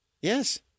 Yes